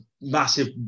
massive